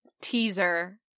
teaser